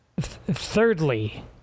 Thirdly